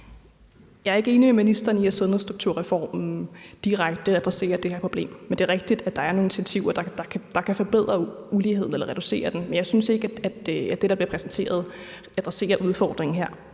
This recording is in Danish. Jeg er ikke enig med ministeren i, at sundhedsstrukturreformen direkte adresserer det her problem, men det er rigtigt, at der er nogle initiativer, der kan reducere uligheden. Men jeg synes ikke, at det, der bliver præsenteret, adresserer udfordringen her.